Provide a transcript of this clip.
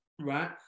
right